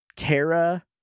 terra